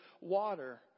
water